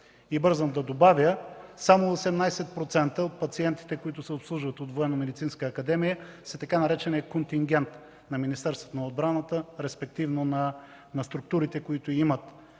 Бързам да кажа, че само 18% от пациентите, които се обслужват от Военномедицинска академия, са така нареченият „контингент” на Министерството на отбраната, респективно на структурите, които имат